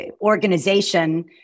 organization